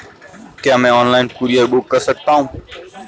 क्या मैं online courier book कर सकता हूँ?